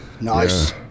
nice